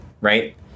right